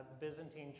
Byzantine